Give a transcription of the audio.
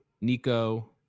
Nico